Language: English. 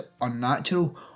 unnatural